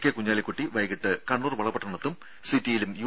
K Kunhalikutty വൈകിട്ട് കണ്ണൂർ വളപട്ടണത്തും സിറ്റിയിലും യു